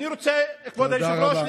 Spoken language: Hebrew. אני רוצה, כבוד היושב-ראש, תודה רבה.